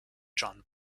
john